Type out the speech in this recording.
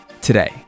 today